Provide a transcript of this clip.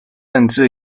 甚至